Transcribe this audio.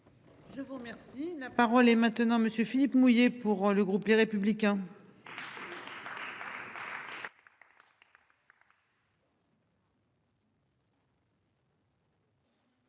Je vous remercie. La parole est maintenant monsieur Philippe mouiller pour le groupe Les Républicains.